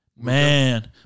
man